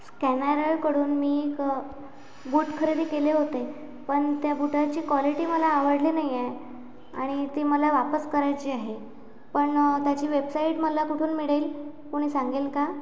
स्कॅनरायकडून मी एक बूट खरेदी केले होते पण त्या बुटाची क्वालिटी मला आवडली नाही आहे आणि ती मला वापस करायची आहे पण त्याची वेबसाईट मला कुठून मिळेल कुणी सांगेल का